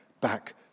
back